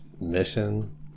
mission